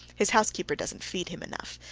his housekeeper doesn't feed him enough.